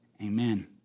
Amen